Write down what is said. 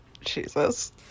Jesus